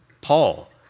Paul